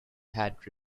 had